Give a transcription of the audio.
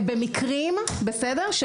אנחנו